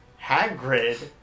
Hagrid